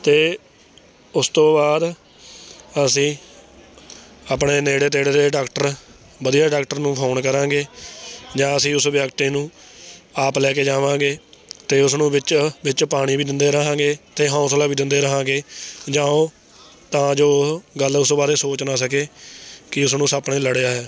ਅਤੇ ਉਸ ਤੋਂ ਬਾਅਦ ਅਸੀਂ ਆਪਣੇ ਨੇੜੇ ਤੇੜੇ ਦੇ ਡਾਕਟਰ ਵਧੀਆ ਡਾਕਟਰ ਨੂੰ ਫੋਨ ਕਰਾਂਗੇ ਜਾਂ ਅਸੀਂ ਉਸ ਵਿਅਕਤੀ ਨੂੰ ਆਪ ਲੈ ਕੇ ਜਾਵਾਂਗੇ ਅਤੇ ਉਸਨੂੰ ਵਿੱਚ ਵਿੱਚ ਪਾਣੀ ਵੀ ਦਿੰਦੇ ਰਹਾਂਗੇ ਅਤੇ ਹੌਸਲਾ ਵੀ ਦਿੰਦੇ ਰਹਾਂਗੇ ਜਾਂ ਉਹ ਤਾਂ ਜੋ ਉਹ ਗੱਲ ਉਸ ਬਾਰੇ ਸੋਚ ਨਾ ਸਕੇ ਕੀ ਉਸਨੂੰ ਸੱਪ ਨੇ ਲੜਿਆ ਹੈ